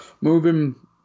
moving